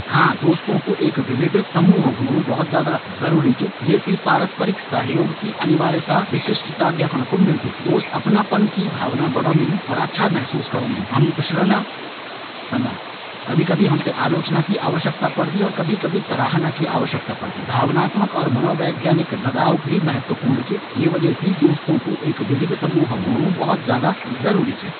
हाँ! दोस्तों कू एक विविध समूह होंणु बहुत ज्यादा जरूरी च। ये सी पारस्परिक सहयोग की अनिवार्यता, विशिष्टता देखणा कू मिलदी। दोस्त अपनापन की भावना बढोंदिन। और सुरक्षा महसूस करोंदिन। हम खुश रंदा। और कभी कभी हम थें आलोचना की आवश्यकता पड़दी। कभी कभी सराहना की आवश्यकता पड़दी। भावनात्मक और मनोवैज्ञानिक लगाव भी महत्वपूर्ण च। ये वजह सी दोस्तों कू एक विविध समूह होणु जरूरी च।